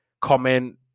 comment